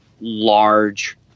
large